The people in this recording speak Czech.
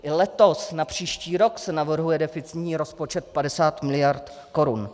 I letos na příští rok se navrhuje deficitní rozpočet 50 miliard korun.